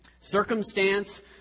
Circumstance